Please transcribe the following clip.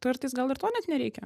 kartais gal ir to net nereikia